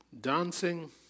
dancing